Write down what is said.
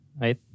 Right